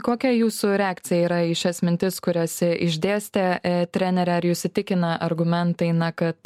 kokia jūsų reakcija yra į šias mintis kurias išdėstė trenere ar jus įtikina argumentai na kad